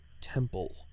temple